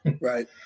Right